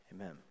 Amen